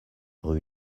rue